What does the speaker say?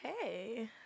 Hey